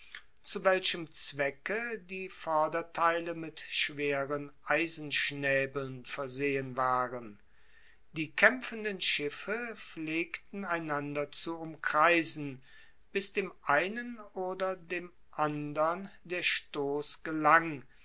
zu welchem zwecke die vorderteile mit schweren eisenschnaebeln versehen waren die kaempfenden schiffe pflegten einander zu umkreisen bis dem einen oder dem andern der stoss gelang